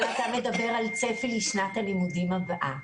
אבל אתה מדבר על צפי לשנת הלימודים הבאה,